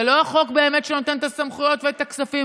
זה לא חוק שנותן את הסמכויות ואת הכספים,